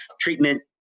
treatment